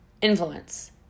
Influence